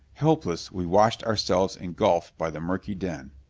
helpless, we watched ourselves engulfed by the murky den.